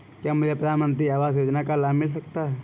क्या मुझे प्रधानमंत्री आवास योजना का लाभ मिल सकता है?